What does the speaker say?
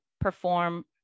perform